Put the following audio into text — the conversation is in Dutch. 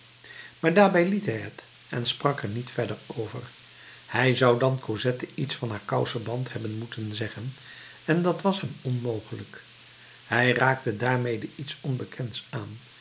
maar daarbij liet hij het en sprak er niet verder over hij zou dan cosette iets van haar kouseband hebben moeten zeggen en dat was hem onmogelijk hij raakte daarmede iets onbekends aan